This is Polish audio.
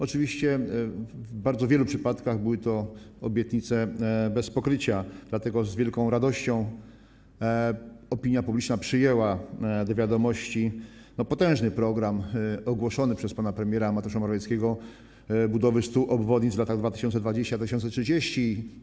Oczywiście w bardzo wielu przypadkach były to obietnice bez pokrycia, dlatego z wielką radością opinia publiczna przyjęła do wiadomości potężny program ogłoszony przez pana premiera Mateusza Morawieckiego - „Program budowy 100 obwodnic w latach 2020-2030”